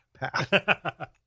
path